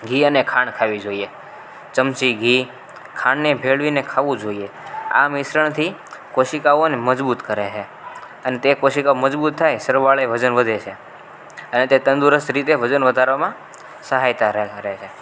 ઘી અને ખાંડ ખાવી જોઈએ ચમચી ઘી ખાંડને ભેળવીને ખાવું જોઈએ આ મિશ્રણથી કોષિકાઓને મજબૂત કરે છે અને તે કોષિકાઓ મજબૂત થાય સરવાળે વજન વધે છે અને તે તંદુરસ્ત રીતે વજન વધારવામાં સહાયતા રહે છે